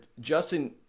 Justin